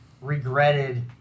regretted